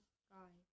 sky